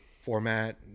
format